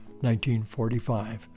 1945